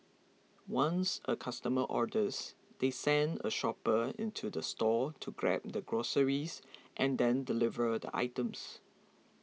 once a customer orders they send a shopper into the store to grab the groceries and then deliver the items